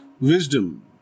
wisdom